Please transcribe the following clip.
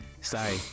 Sorry